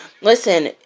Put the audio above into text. listen